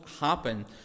happen